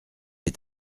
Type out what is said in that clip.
est